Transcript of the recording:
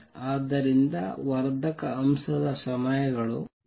ಆದ್ದರಿಂದ ವರ್ಧಕ ಅಂಶದ ಸಮಯಗಳು